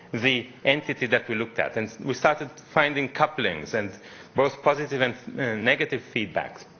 the entity that we looked at. and we started finding couplings, and both positive and negative feedbacks.